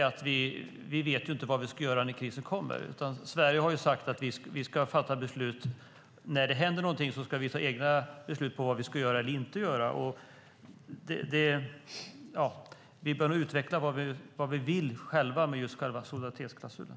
Vi vet inte vad vi ska göra när krisen kommer. Sverige har sagt att när det händer något ska vi ta egna beslut om vad vi ska göra eller inte göra, och vi bör nog utveckla vad vi vill med solidaritetsklausulen.